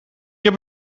heb